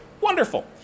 Wonderful